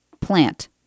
plant